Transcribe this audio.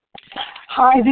Hi